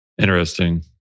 Interesting